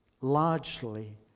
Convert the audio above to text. largely